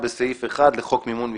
בסעיף 1 לחוק מימון מפלגות.